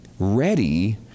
ready